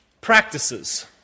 practices